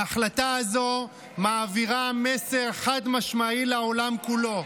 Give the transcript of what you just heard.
ההחלטה הזו מעבירה מסר חד-משמעי לעולם כולו: